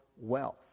wealth